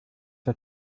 der